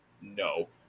no